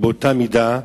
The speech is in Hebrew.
באותה מידה,